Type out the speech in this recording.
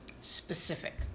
Specific